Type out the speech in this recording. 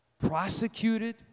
prosecuted